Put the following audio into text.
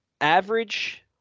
average